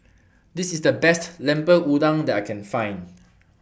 This IS The Best Lemper Udang that I Can Find